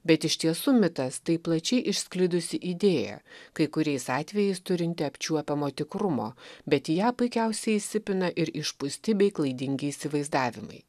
bet iš tiesų mitas tai plačiai išsklidusi idėja kai kuriais atvejais turinti apčiuopiamo tikrumo bet į ją puikiausiai įsipina ir išpūsti bei klaidingi įsivaizdavimai